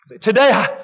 Today